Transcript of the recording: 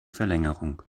verlängerung